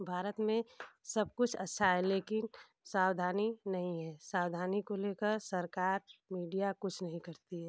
भारत में सब कुछ अच्छा है लेकिन सावधानी नहीं है सावधानी को लेकर सरकार मीडिया कुछ नहीं करती है